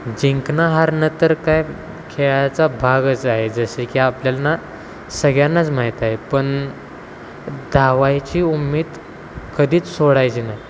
जिंकणं हारणं तर काय खेळाचा भागचा आहे जसे की आपल्याना सगळ्यांनाच माहीत आहे पण धावायची उम्मीद कधीच सोडायची नाही